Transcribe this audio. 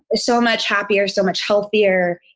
so much happier. so much healthier,